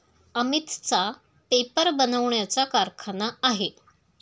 अमितचा पेपर बनवण्याचा कारखाना आहे